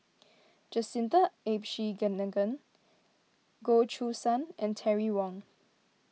Jacintha Abisheganaden Goh Choo San and Terry Wong